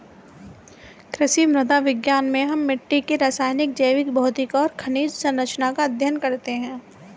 कृषि मृदा विज्ञान में हम मिट्टी की रासायनिक, जैविक, भौतिक और खनिज सरंचना का अध्ययन करते हैं